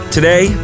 Today